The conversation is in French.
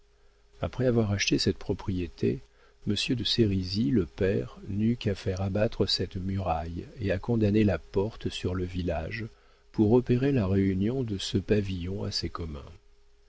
après avoir acheté cette propriété monsieur de sérisy le père n'eut qu'à faire abattre cette muraille et à condamner la porte sur le village pour opérer la réunion de ce pavillon à ses communs